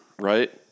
right